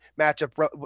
matchup